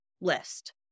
list